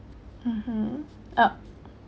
mmhmm uh